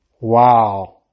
wow